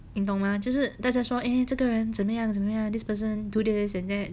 你懂吗就是大家说 eh 这个人怎么样怎么样 this person do this and that